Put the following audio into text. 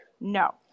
No